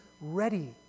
ready